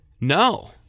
No